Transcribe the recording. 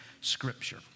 Scripture